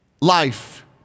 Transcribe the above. Life